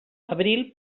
abril